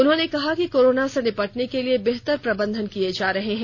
उन्होंने कहा कि कोरोना से निपटने के लिए बेहतर प्रबंधन किए जा रहे हैं